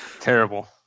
Terrible